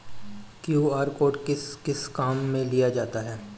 QR code किस किस काम में लिया जाता है?